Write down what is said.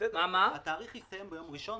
התאריך יסתיים ביום ראשון,